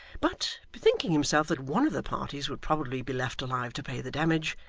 but bethinking himself that one of the parties would probably be left alive to pay the damage,